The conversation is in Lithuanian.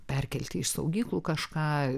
perkelti iš saugyklų kažką